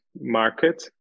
market